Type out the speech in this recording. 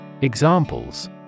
Examples